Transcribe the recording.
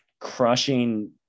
crushing